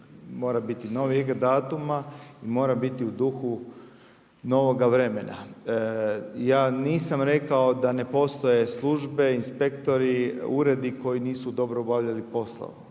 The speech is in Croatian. mora biti novijeg datuma i mora biti u duhu novoga vremena. Ja nisam rekao da ne postoje službe, inspektori, uredi koji nisu dobro obavljali poslove.